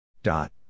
Dot